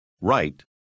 right